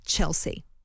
Chelsea